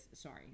Sorry